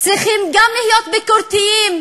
צריכים גם להיות ביקורתיים,